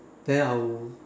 then I will